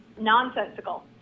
nonsensical